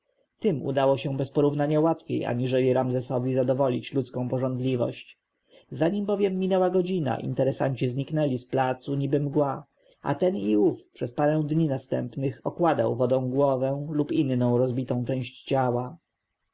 tym udało się bez porównania łatwiej aniżeli ramzesowi zadowolić ludzką pożądliwość zanim bowiem minęła godzina interesanci zniknęli z placu niby mgła a ten i ów przez parę dni następnych okładał wodą głowę lub inną rozbitą część ciała